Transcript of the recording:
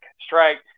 strike –